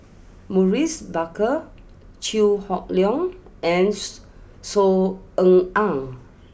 Maurice Baker Chew Hock Leong and Sue Saw Ean Ang